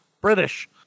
British